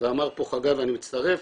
ואמר פה חגי ואני מצטרף,